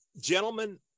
gentlemen